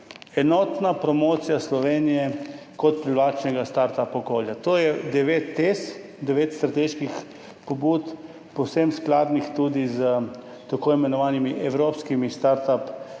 enotna promocija Slovenije kot privlačnega startup okolja, to je devet tez, devet strateških pobud, povsem skladnih tudi s tako imenovanimi evropskimi startup